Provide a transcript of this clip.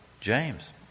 James